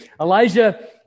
Elijah